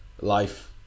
life